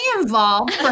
involved